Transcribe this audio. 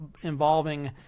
involving